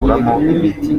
imiti